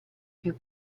più